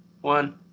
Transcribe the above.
One